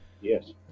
Yes